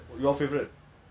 for me my favourite